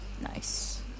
Nice